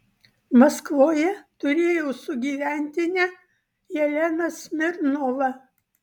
maskvoje turėjau sugyventinę jeleną smirnovą